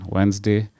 Wednesday